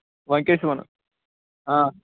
وۅںی کیٛاہ چھِ وَنان آ